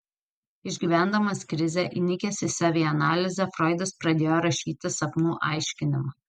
išgyvendamas krizę įnikęs į savianalizę froidas pradėjo rašyti sapnų aiškinimą